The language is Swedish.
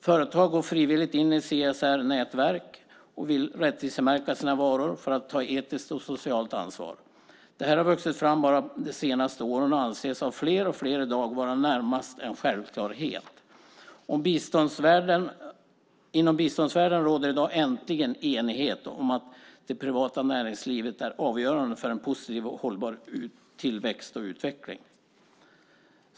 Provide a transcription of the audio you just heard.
Företag går frivilligt in i CSR-nätverk och vill rättvisemärka sina varor för att ta ett etiskt och socialt ansvar. Det här har vuxit fram under de senaste åren och anses i dag av fler och fler vara närmast en självklarhet. Inom biståndsvärlden råder i dag, äntligen, enighet om att det privata näringslivet är avgörande för en positiv och hållbar tillväxt och utveckling.